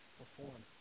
perform